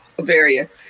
various